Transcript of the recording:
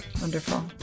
Wonderful